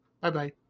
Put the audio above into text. Bye-bye